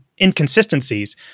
inconsistencies